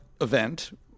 event